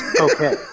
Okay